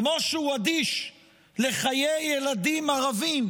כמו שהוא אדיש לחיי ילדים ערבים